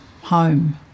home